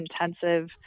intensive